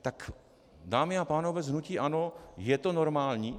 Tak dámy a pánové z hnutí ANO, je to normální?